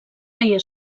feia